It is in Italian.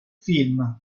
film